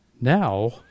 Now